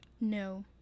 No